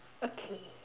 okay